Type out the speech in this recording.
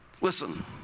Listen